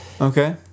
Okay